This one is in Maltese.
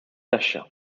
taxxa